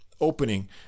opening